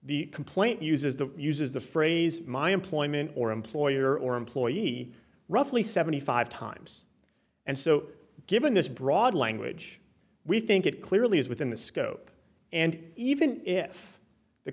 the complaint uses the uses the phrase my employment or employer or employee roughly seventy five times and so given this broad language we think it clearly is within the scope and even if the